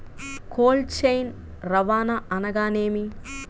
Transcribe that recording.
Cold chain రవాణా అనగా నేమి?